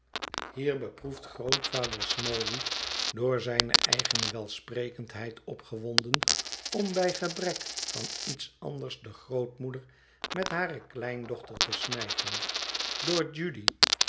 hierop beproeft grootvader smallweed door zijne eigene welsprekendheid opgewonden om bij gebrek van iets anders de grootmoeder met hare kleindochter te smijten door judy